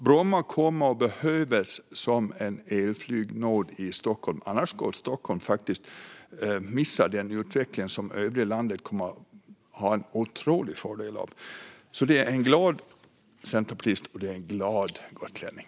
Bromma kommer alltså att behövas som en elflygnod i Stockholm, annars kommer Stockholm att missa den utveckling som övriga landet kommer att ha en otrolig fördel av. Här står alltså en glad centerpartist och gotlänning!